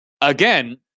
again